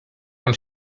nam